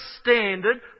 standard